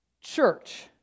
church